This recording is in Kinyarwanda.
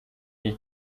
iyi